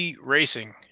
Racing